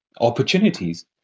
opportunities